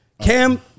Cam